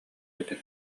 этэ